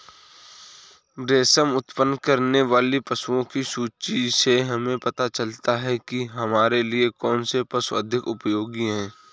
रेशम उत्पन्न करने वाले पशुओं की सूची से हमें पता चलता है कि हमारे लिए कौन से पशु अधिक उपयोगी हैं